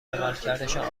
عملکردشان